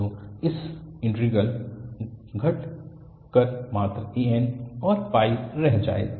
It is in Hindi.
तो यह इंटीग्रल घट कर मात्र an और रह जाएगा